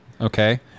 okay